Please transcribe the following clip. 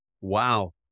wow